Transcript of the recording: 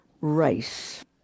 race